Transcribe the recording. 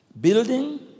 Building